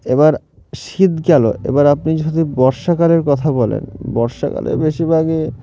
এবার শীত গেল এবার আপনি যদি বর্ষাকালের কথা বলেন বর্ষাকালে বেশিরভাগই